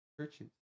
Churches